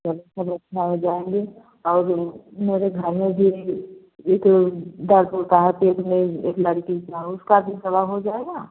चलो चलो अच्छा हो जाएँगे और मेरे भाइयों के एक दर्द होता है पेट में एक लड़की का उसका भी थोड़ा हो जाएगा